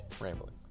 rambling